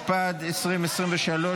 התשפ"ג 2023,